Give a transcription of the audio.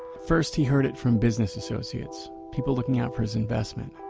first, he heard it from business associates, people looking out for his investment.